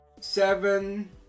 seven